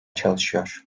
çalışıyor